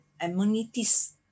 Amenities